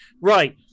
right